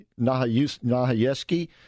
Nahayeski